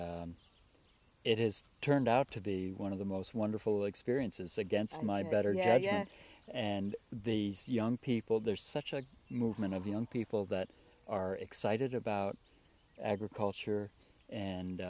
it is turned out to be one of the most wonderful experiences against my better yeah and the young people there's such a movement of young people that are excited about agriculture